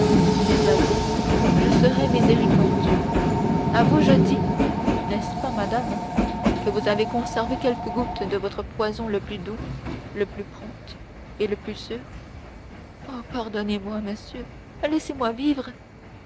mais à vous je serai miséricordieux à vous je dis n'est-ce pas madame que vous avez conservé quelques gouttes de votre poison le plus doux le plus prompt et le plus sûr oh pardonnez-moi monsieur laissez-moi vivre